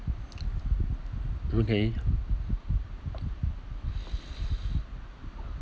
okay